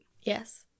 Yes